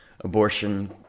abortion